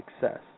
success